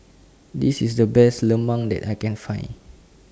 This IS The Best Lemang that I Can Find